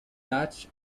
latch